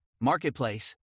marketplace